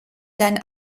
seinen